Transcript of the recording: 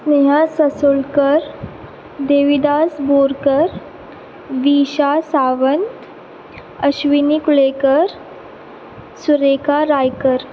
Sneha Sasolkar Devidas Borkar Visha Sawant Ashwini Kulekar Surekha Raikar